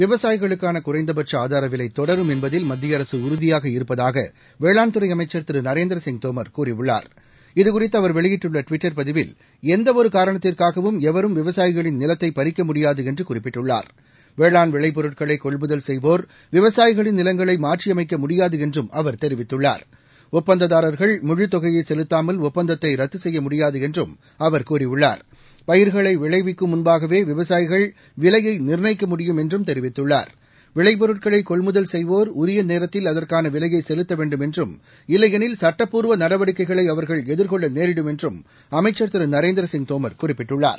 விவசாயிகளுக்கான குறைந்தபட்ச ஆதாரவிலை தொடரும் என்பதில் மத்திய அரசு உறுதியாக இருப்பதாக வேளாண்துறை அமைச்சர் திரு நரேந்திர சிங் தோமர் கூறியுள்ளார் இதுகுறித்து அவர் வெளியிட்டுள்ள டுவிட்டர் பதிவில் எந்த ஒரு காரணத்திற்காகவும் எவரும் விவசாயிகளின் நிலத்தை பறிக்க முடியாது என்று குறிப்பிட்டுள்ளார் வேளாண் விளைப்பொருட்களை கொள்முதல் செய்வோர் விவசாயிகளின் நிலங்களை மாற்றியமைக்க முடியாது என்றும் அவர் தெரிவித்துள்ளார் ஒப்பந்ததாரர்கள் முழுத்தொகையை செலுத்தாமல் ஒப்பந்தத்தை ரத்து செய்ய முடியாது என்றும் அவர் கூறியுள்ளார் பயிர்களை விளைவிக்கும் முன்பாகவே விவசாயிகள் விலையை நிர்ணயிக்க முடியும் என்றும் தெரிவித்துள்ளார் விளைப்பொருட்களை கொள்முதல் செய்வோர் உரிய நேரத்தில் அதற்கான விலையை செலுத்த வேண்டும் என்றும் இல்லையெனில் சட்டப்பூர்வ நடவடிக்கைகளை அவர்கள் எதிர்கொள்ள நேரிடும் என்றும் அமைச்சர் திரு நரேந்திர சிங் தோமர் குறிப்பிட்டுள்ளார்